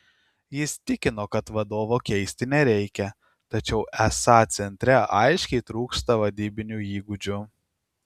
jis tikino kad vadovo keisti nereikia tačiau esą centre aiškiai trūksta vadybinių įgūdžių